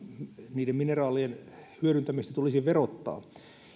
niiden mineraalien hyödyntämistä tulisi verottaa